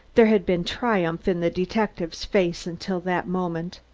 there had been triumph in the detective's face until that moment,